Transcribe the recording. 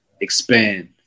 expand